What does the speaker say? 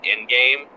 in-game